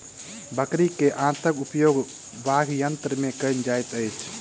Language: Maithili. बकरी के आंतक उपयोग वाद्ययंत्र मे कयल जाइत अछि